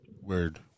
Word